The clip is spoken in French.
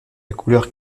couleur